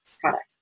product